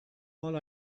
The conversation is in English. all